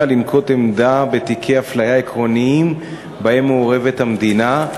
לנקוט עמדה בתיקי אפליה עקרוניים שבהם מעורבת המדינה.